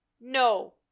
no